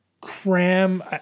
cram